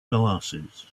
glasses